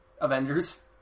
Avengers